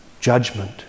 judgment